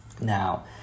Now